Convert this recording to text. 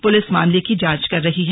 police मामले की जांच कर रही है